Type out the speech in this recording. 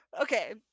Okay